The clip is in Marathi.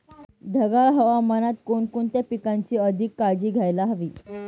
ढगाळ हवामानात कोणकोणत्या पिकांची अधिक काळजी घ्यायला हवी?